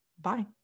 Bye